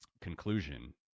conclusion